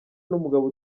n’umugabo